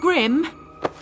Grim